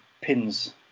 pins